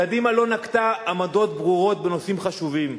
קדימה לא נקטה עמדות ברורות בנושאים חשובים,